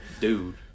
dude